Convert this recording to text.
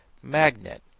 magnet,